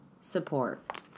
support